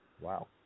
Wow